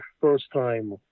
first-time